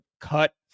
cut